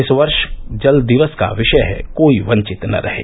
इस वर्ष जल दिवस का विषय है कोई वंचित न रहें